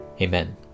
Amen